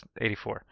84